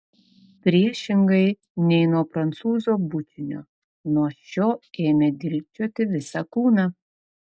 priešingai nei nuo prancūzo bučinio nuo šio ėmė dilgčioti visą kūną